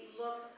look